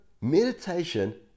meditation